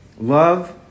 love